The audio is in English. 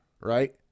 right